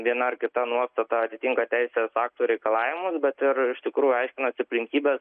viena ar kita nuostata atitinka teisės aktų reikalavimus bet ir iš tikrųjų aiškinosi aplinkybes